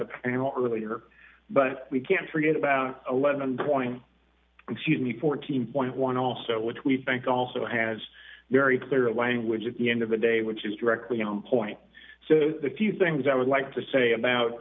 the panel earlier but we can't forget about eleven point me fourteen dollars also which we think also has very clear language at the end of the day which is directly on point so the few things i would like to say about